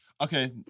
Okay